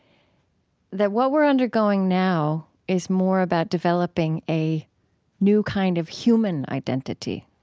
that what we're undergoing now is more about developing a new kind of human identity